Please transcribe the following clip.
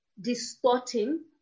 distorting